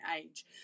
age